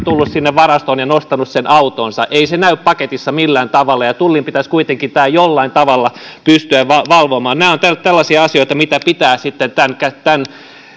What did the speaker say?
tullut sinne varastoon ja nostanut sen autoonsa ei se näy paketissa millään tavalla ja tullin pitäisi kuitenkin tämä jollain tavalla pystyä valvomaan nämä ovat tällaisia asioita mitä pitää tämän